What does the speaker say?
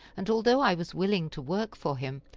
and although i was willing to work for him,